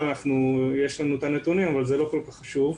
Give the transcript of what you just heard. יש לנו את הנתונים אבל זה לא כל כך חשוב.